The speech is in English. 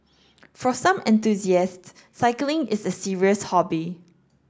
for some enthusiasts cycling is a serious hobby